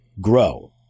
grow